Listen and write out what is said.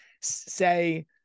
say